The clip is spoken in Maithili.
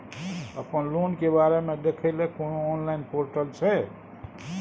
अपन लोन के बारे मे देखै लय कोनो ऑनलाइन र्पोटल छै?